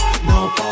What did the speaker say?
No